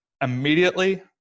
immediately